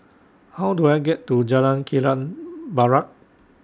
How Do I get to Jalan Kilang Barat